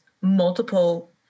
multiple